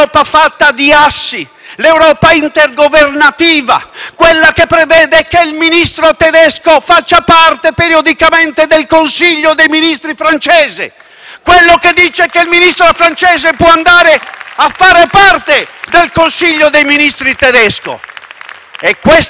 prevede che il Ministro tedesco faccia parte periodicamente del Consiglio dei ministri francese? *(Applausi dal Gruppo M5S)*. Quella che dice che il Ministro francese può andare a far parte del Consiglio dei ministri tedesco? È questa l'Europa che volete? O volete l'Europa